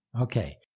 Okay